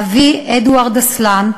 אבי, אדוארד אסלן,